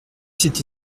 cette